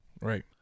Right